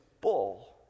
bull